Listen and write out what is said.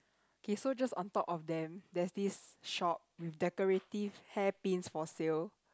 okay so just on top of them there's this shop with decorative hairpins for sale